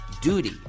duty